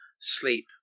sleep